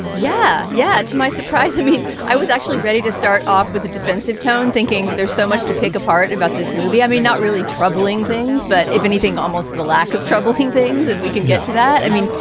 yeah, yeah. to my surprise, i mean, i was actually ready to start off with the defensive tone, thinking there's so much to pick apart about this movie. i mean, not really troubling things, but if anything, almost the lack of troubling things. and we can get to that. i mean,